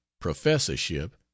professorship